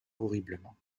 horriblement